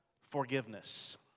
forgiveness